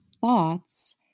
thoughts